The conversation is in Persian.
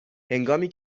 هنگامی